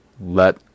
Let